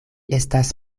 estas